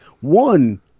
one